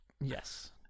Yes